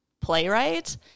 playwright